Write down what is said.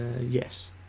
Yes